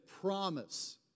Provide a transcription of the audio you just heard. promise